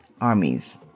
armies